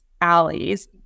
alleys